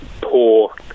poor